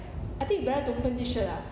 I think you better don't burn this shirt ah